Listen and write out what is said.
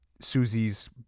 Susie's